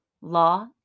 law